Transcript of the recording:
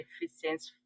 efficiency